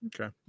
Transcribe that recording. Okay